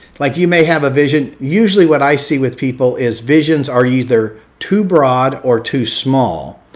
like you may have a vision, usually what i see with people is visions are either too broad or too small.